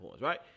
right